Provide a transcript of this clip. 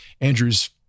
Andrew's